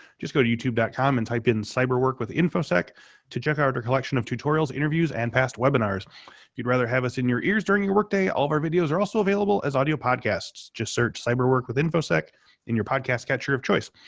just go to youtube dot com and type in cyber work with infosec to check out our collection of tutorials, interviews and past webinars. if you'd rather have us in your ears during your workday, all of our videos are also available as audio podcasts. just search cyber work with infosec in your podcast catcher of choice.